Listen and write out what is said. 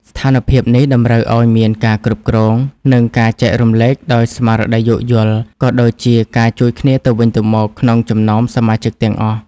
ស្ថានភាពនេះតម្រូវឱ្យមានការគ្រប់គ្រង និងការចែករំលែកដោយស្មារតីយោគយល់ ក៏ដូចជាការជួយគ្នាទៅវិញទៅមកក្នុងចំណោមសមាជិកទាំងអស់។